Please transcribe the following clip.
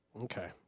Okay